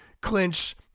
clinch